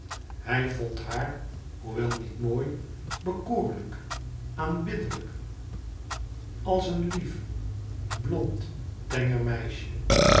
hij vond haar hoewel niet mooi bekoorlijk aanbiddelijk als een lief blond tenger meisje